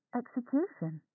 execution